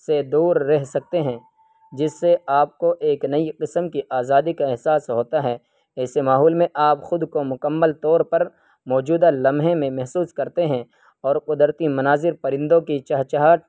سے دور رہ سکتے ہیں جس سے آپ کو ایک نئی قسم کی آزادی کا احساس ہوتا ہے ایسے ماحول میں آپ خود کو مکمل طور پر موجودہ لمحے میں محسوس کرتے ہیں اور قدرتی مناظر پرندوں کی چہچہاہٹ